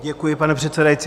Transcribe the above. Děkuji, pane předsedající.